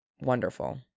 wonderful